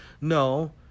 No